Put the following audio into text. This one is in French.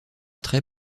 très